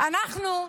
אנחנו,